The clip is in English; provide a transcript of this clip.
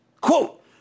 quote